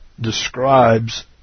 describes